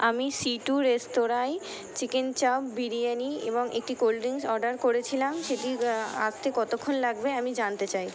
আমি C two রেস্তোরাঁয় chicken chaap biryani এবং একটি কোল্ড ড্রিঙ্কস অর্ডার করেছিলাম সেটি আসতে কতক্ষণ লাগবে আমি জানতে চাই